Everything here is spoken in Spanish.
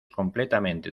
completamente